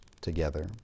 together